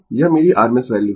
यह मेरी rms value है